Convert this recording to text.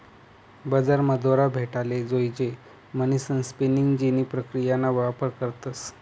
बजारमा दोरा भेटाले जोयजे म्हणीसन स्पिनिंग जेनी प्रक्रियाना वापर करतस